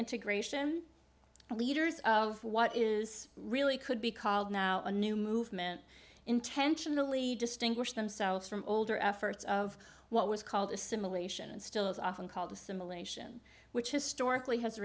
integration leaders of what is really could be called now a new movement intentionally distinguish themselves from older efforts of what was called assimilation and still is often called assimilation which historically has